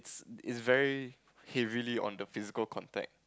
is very heavily on the physical contact